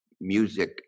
music